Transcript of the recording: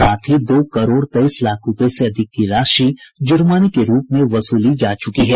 साथ ही दो करोड़ तेईस लाख रुपये से अधिक की रशि ज़र्माने के रूप में वसूली जा चुकी है